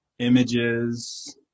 images